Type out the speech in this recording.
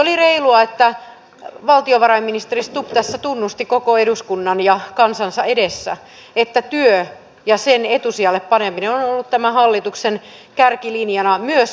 eduskunta edellyttää että hallitus peruu päätöksen lääkekorvausmenojen leikkauksesta kokonaan ja kohdentaa lääkekorvausjärjestelmän uudistuksesta vapautuvat määrärahat lääkekorvausten vuosittaisen maksukaton alentamiseen